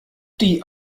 die